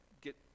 get